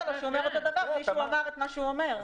לו שהוא אומר אותו דבר בלי שהוא אמר את מה שהוא אומר.